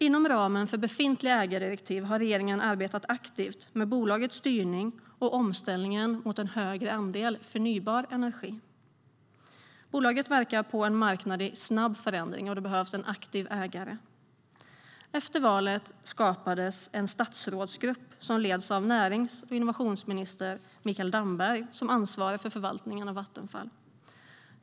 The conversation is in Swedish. Inom ramen för befintliga ägardirektiv har regeringen arbetat aktivt med Vattenfalls styrning och omställning mot en högre andel förnybar energi. Bolaget verkar på en marknad i snabb förändring, och det behövs en aktiv ägare. Efter valet skapades en statsrådsgrupp, ledd av närings och innovationsminister Mikael Damberg, som ansvarar för förvaltningen av Vattenfall.